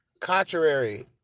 contrary